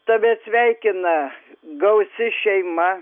tave sveikina gausi šeima